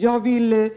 Jag vill